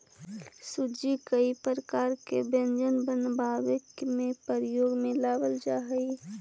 सूजी कई प्रकार के व्यंजन बनावे में प्रयोग में लावल जा हई